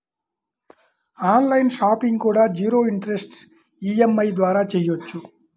on line shopping కూడా zero interest EMI ద్వారా చెయ్యొచ్చు